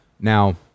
Now